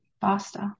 faster